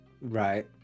right